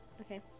Okay